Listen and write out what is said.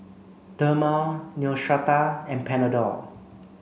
Dermale Neostrata and Panadol